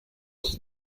ist